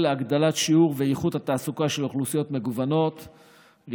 להגדלת שיעור ואיכות התעסוקה של אוכלוסיות מגוונות על